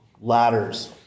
ladders